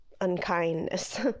unkindness